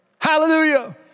Hallelujah